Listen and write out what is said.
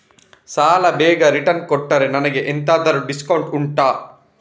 ಸಾಲ ಬೇಗ ರಿಟರ್ನ್ ಕೊಟ್ರೆ ನನಗೆ ಎಂತಾದ್ರೂ ಡಿಸ್ಕೌಂಟ್ ಉಂಟಾ